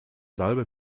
salbe